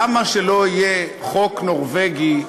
למה שלא יהיה חוק נורבגי גדול?